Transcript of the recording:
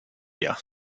here